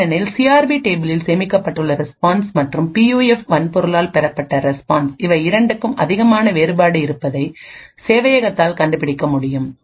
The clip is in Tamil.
ஏனெனில் சிஆர்பி டேபிளில் சேமிக்கப்பட்டுள்ள ரெஸ்பான்ஸ் மற்றும் பியூஎஃப் வன்பொருளால் பெறப்பட்ட ரெஸ்பான்ஸ் இவை இரண்டுக்கும் அதிகமான வேறுபாடு இருப்பதை சேவையகத்தால் கண்டுபிடிக்க முடியும்